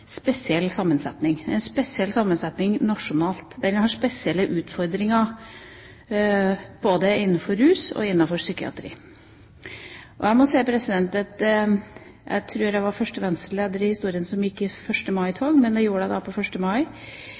en spesiell sammensetning. Den har spesielle utfordringer både innenfor rus og innenfor psykiatri. Jeg tror jeg er den første Venstre-leder i historien som har gått i 1. mai-tog, men det gjorde jeg på 1. mai. Det var i kampen for sjølstendig næringsdrivendes sosiale rettigheter. Men det